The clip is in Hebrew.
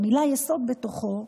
המילה "יסוד" בתוכו,